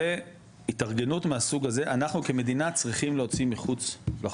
זה התארגנות מהסוג הזה אנחנו כמדינה צריכים להוציא מחוץ לחוק,